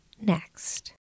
next